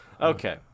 Okay